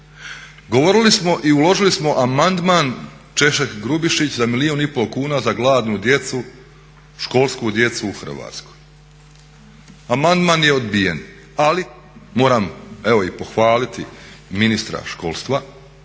Govorili smo i uložili smo amandman Češek, Grubišić za milijun i pol kuna za gladnu djecu, školsku djecu u Hrvatskoj. Amandman je odbijen, ali moram evo i pohvaliti i ministra školstva